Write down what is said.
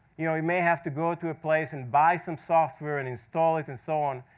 you know you may have to go to a place and buy some software, and install it, and so on.